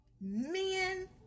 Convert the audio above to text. men